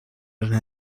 had